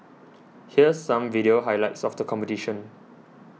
here's some video highlights of the competition